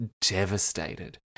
devastated